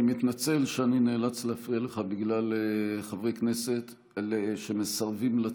אני מתנצל שאני נאלץ להפריע לך בגלל חברי כנסת שמסרבים לצאת.